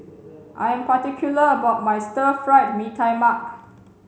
I am particular about my stir fried mee tai mak